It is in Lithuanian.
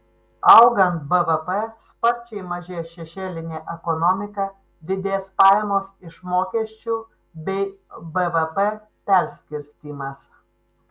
augant bvp sparčiai mažės šešėlinė ekonomika didės pajamos iš mokesčių bei bvp perskirstymas